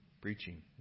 preaching